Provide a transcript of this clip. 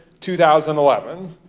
2011